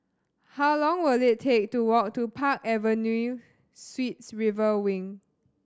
how long will it take to walk to Park Avenue Suites River Wing